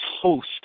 host